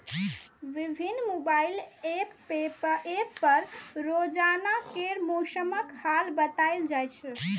विभिन्न mobile app पर रोजाना केर मौसमक हाल बताएल जाए छै